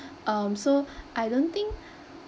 um so I don't think